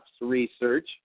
research